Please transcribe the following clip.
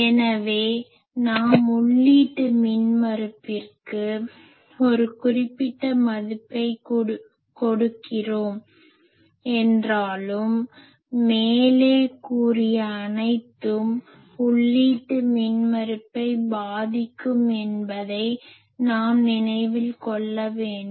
எனவே நாம் உள்ளீட்டு மின்மறுப்பிற்கு ஒரு குறிப்பிட்ட மதிப்பைக் கொடுக்கிறோம் என்றாலும் மேலே கூறிய அனைத்தும் உள்ளீட்டு மின்மறுப்பை பாதிக்கும் என்பதை நாம் நினைவில் கொள்ள வேண்டும்